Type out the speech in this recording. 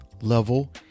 level